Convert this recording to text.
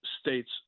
States